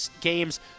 games